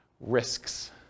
Risks